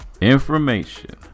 information